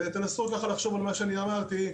תנסו לחשוב על מה שאמרתי,